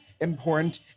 important